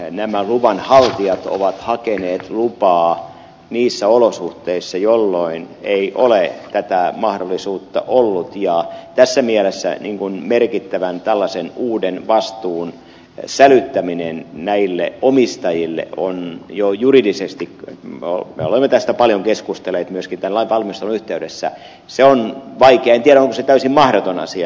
nämä luvanhaltijat ovat siis hakeneet lupaa niissä olosuhteissa jolloin ei ole tätä mahdollisuutta ollut ja tässä mielessä tällaisen merkittävän uuden vastuun sälyttäminen näille omistajille on jo juridisesti me olemme tästä paljon keskustelleet myöskin tämän lain valmistelun yhteydessä vaikea en tiedä onko se täysin mahdoton asia